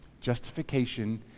Justification